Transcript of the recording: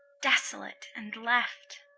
desolate and left!